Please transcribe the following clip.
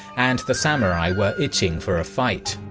and the samurai were itching for a fight.